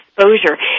exposure